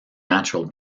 natural